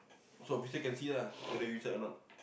so basic can see lah whether which side or not